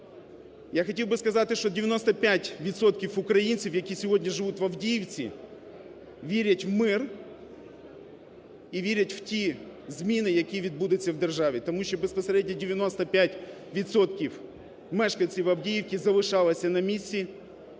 Я хотів би сказати, що 95 відсотків українців, які сьогодні живуть в Авдіївці, вірять в мир і вірять в ті зміни, які відбудуться в державі, тому що безпосередньо 95 відсотків мешканців Авдіївки залишалися на місці